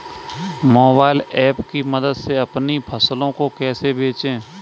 Mobile app की मदद से अपनी फसलों को कैसे बेचें?